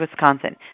Wisconsin